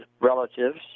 relatives